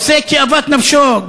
עושה כאוות נפשו,